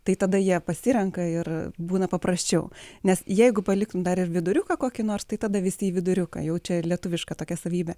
tai tada jie pasirenka ir būna paprasčiau nes jeigu paliktum dar ir viduriuką kokį nors tai tada visi į viduriuką jau čia lietuvišką tokia savybė